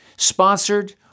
sponsored